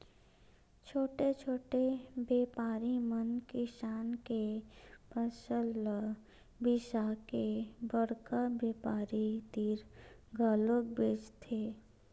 छोटे छोटे बेपारी मन किसान के फसल ल बिसाके बड़का बेपारी तीर घलोक बेचथे